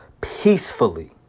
peacefully